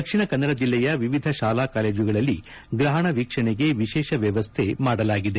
ದಕ್ಷಿಣ ಕನ್ನಡ ಜಿಲ್ಲೆಯ ವಿವಿಧ ಶಾಲಾ ಕಾಲೇಜುಗಳಲ್ಲಿ ಗ್ರಹಣ ವೀಕ್ಷಣೆಗೆ ವಿಶೇಷ ವ್ವವಸ್ಥೆ ಮಾಡಲಾಗಿದೆ